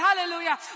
Hallelujah